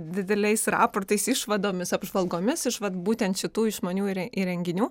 dideliais raportais išvadomis apžvalgomis iš vat būtent šitų išmanių įrenginių